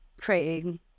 creating